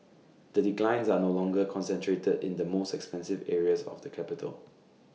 the declines are no longer concentrated in the most expensive areas of the capital